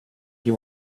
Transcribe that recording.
you